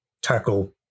tackle